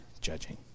judging